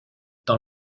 dans